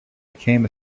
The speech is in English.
became